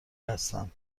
هستم